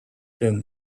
then